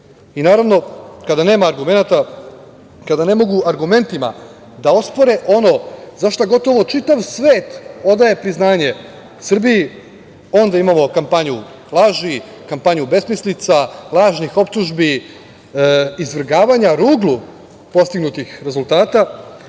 argumenata, kada ne mogu argumentima da ospore ono za šta, gotovo čitav svet odaje priznanje Srbiji, onda imamo kampanju laži, kampanju besmislica, lažnih optužbi i izvrgavanja ruglu postignutih rezultata.